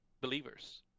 believers